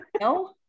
no